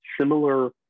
similar